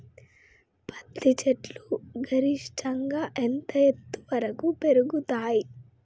పత్తి చెట్లు గరిష్టంగా ఎంత ఎత్తు వరకు పెరుగుతయ్?